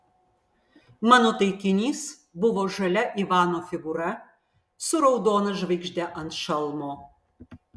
mano taikinys buvo žalia ivano figūra su raudona žvaigžde ant šalmo